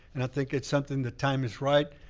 and i think it's something the time is right.